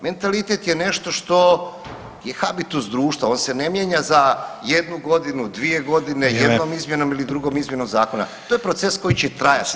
Mentalitet je nešto što je habitus društva, on se ne mijenja za jednu godinu, dvije godine, [[Upadica Sanader: Vrijeme.]] jednom izmjenom ili drugom izmjenom zakona, to je proces koji će trajati